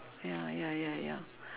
ya ya ya ya